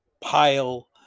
pile